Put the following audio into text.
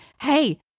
Hey